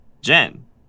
Jen